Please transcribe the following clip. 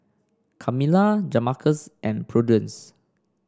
Kamila Jamarcus and Prudence